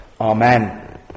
Amen